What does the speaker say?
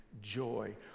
joy